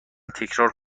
تکرار